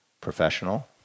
professional